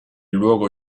luogo